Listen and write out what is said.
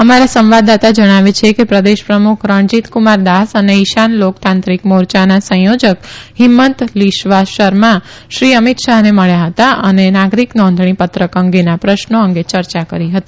અમારા સંવાદદાતા જણાવે છે કે પ્રદેશ પ્રમુખ રણજીતકુમાર દાસ અને ઈશાન લોકતાંત્રિક મોરચાના સંયોજક હિંમત લિસ્વાશર્મા શ્રી અમીત શાહને મળ્યા હતા અને નાગરીક નોંધણી પત્રક અંગેના પ્રશ્નો અંગે ચર્ચા કરી હતી